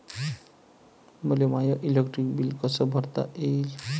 मले माय electric light bill कस भरता येईल?